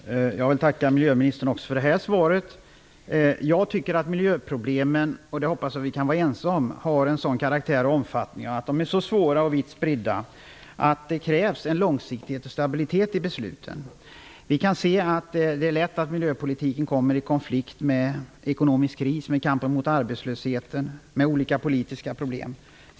Fru talman! Jag vill tacka miljöministern också för det här svaret. Jag hoppas att vi kan vara ense om att miljöproblemen har en sådan karaktär och omfattning samt är så svåra och så vitt spridda att de kräver en långsiktig stabilitet i besluten. Det är lätt att miljöpolitiken kommer i konflikt med åtgärder mot den ekonomiska krisen, med kampen mot arbetslösheten och med annat på det politiska området.